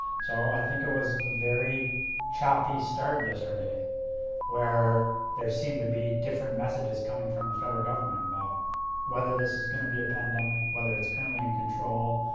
so, i think it was a very choppy start yesterday where there seem to be different messages coming from the federal government about whether this is going to be a pandemic, whether it's currently in control,